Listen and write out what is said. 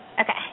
Okay